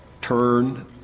turn